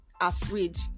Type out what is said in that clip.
afraid